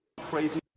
crazy